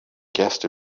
guest